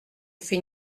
fais